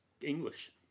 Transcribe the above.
English